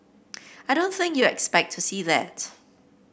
I don't think you expect to see that